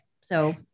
So-